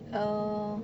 err